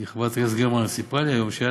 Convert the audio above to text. כי חברת הכנסת גרמן סיפרה לי היום שהיה